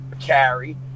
carry